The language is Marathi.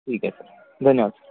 ठीक आहे सर धन्यवाद